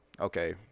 okay